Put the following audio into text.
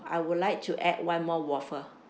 I would like to add one more waffle